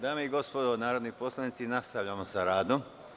Dame i gospodo narodni poslanici, nastavljamo sa radom.